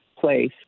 place